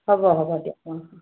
হ'ব হ'ব দিয়ক অঁ